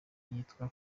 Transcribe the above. yitwa